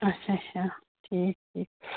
اچھا اچھا ٹھیٖک ٹھیٖک